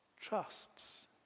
trusts